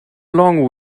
long